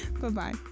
Bye-bye